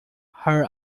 her